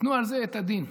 ייתנו על זה את הדין.